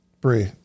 Bree